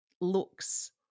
looks